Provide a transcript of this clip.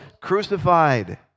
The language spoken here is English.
crucified